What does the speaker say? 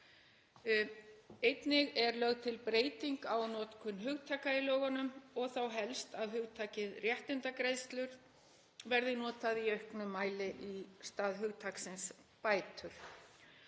Einnig er lögð til breyting á notkun hugtaka í lögunum og þá helst að hugtakið réttindagreiðslur verði notað í auknum mæli í stað hugtaksins bætur.